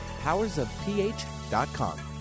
powersofph.com